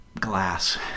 glass